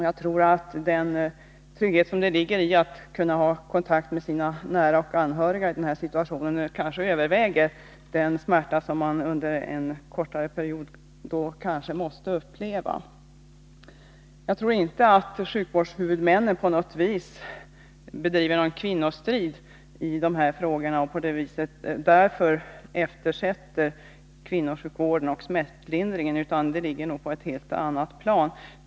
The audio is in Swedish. Jag tror att den trygghet som ligger i att i denna situation kunna ha kontakt med nära och anhöriga kanske överväger den smärta som kvinnorna under en kortare period eventuellt måste uppleva. Jag tror inte att sjukvårdshuvudmännen på något vis för en strid mot kvinnorna i dessa frågor och därför eftersätter kvinnosjukvården och smärtlindringen, utan det ligger nog på ett helt annat plan.